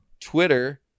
Twitter